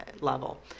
level